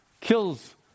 kills